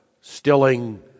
stilling